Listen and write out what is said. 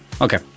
okay